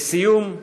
לסיום,